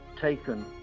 taken